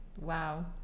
wow